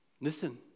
Listen